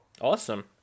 Awesome